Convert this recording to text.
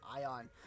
ion